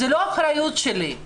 זה לא אחריות שלי,